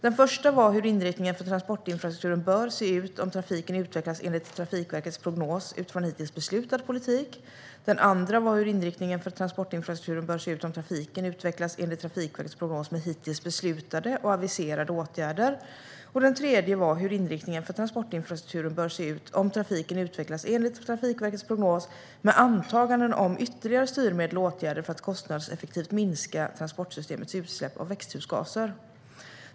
Den första var hur inriktningen för transportinfrastrukturen bör se ut om trafiken utvecklas enligt Trafikverkets prognos utifrån hittills beslutad politik. Den andra var hur inriktningen för transportinfrastrukturen bör se ut om trafiken utvecklas enligt Trafikverkets prognos med hittills beslutade och aviserade åtgärder. Och den tredje var hur inriktningen för transportinfrastrukturen bör se ut om trafiken utvecklas enligt Trafikverkets prognos med antaganden om ytterligare styrmedel och åtgärder för att kostnadseffektivt minska transportsystemets utsläpp av växthusgaser.